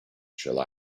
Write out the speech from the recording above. shall